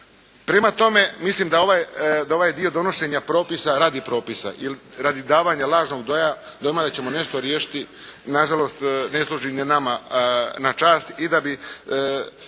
Prema tome mislim da ovaj, ovaj dio donošenja propisa radi propisa ili radi davanja lažnog dojma da ćemo nešto riješiti nažalost ne služi ni nama na čast i da ne